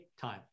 time